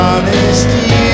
Honesty